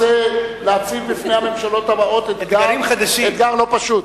אתה רוצה להציב בפני הממשלות הבאות אתגר לא פשוט.